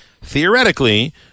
theoretically